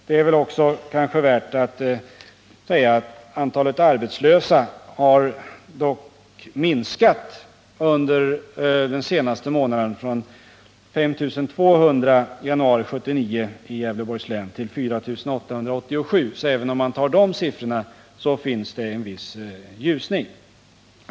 Det kanske också är värt att säga att antalet arbetslösa i Gävleborgs län dock har minskat under den senaste månaden, från 5 200i januari till 4 887, så även om man tar de siffrorna finns det en viss ljusning.